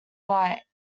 alike